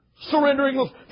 surrendering